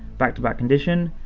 back to back condition,